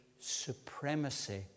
supremacy